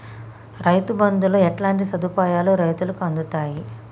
రైతు బంధుతో ఎట్లాంటి సదుపాయాలు రైతులకి అందుతయి?